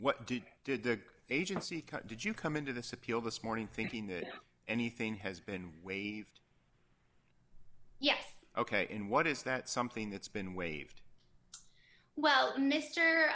what did did the agency did you come into this appeal this morning thinking that anything has been waived yet ok and what is that something that's been waived well m